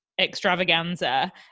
extravaganza